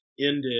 ended